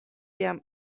jam